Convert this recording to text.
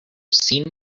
seen